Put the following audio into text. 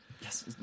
Yes